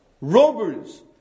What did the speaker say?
robbers